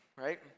right